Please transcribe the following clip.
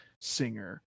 singer